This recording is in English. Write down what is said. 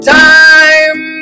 time